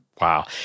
Wow